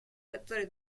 который